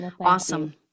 Awesome